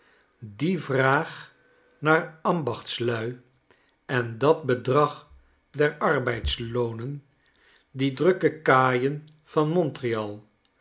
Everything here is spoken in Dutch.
die vraag naar ambachtslui en dat bedrag der arbeidsloonen die drukke kaaien van montreal